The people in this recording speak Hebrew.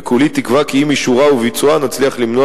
וכולי תקווה כי עם אישורה וביצועה נצליח למנוע